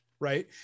right